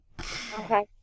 Okay